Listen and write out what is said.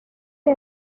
que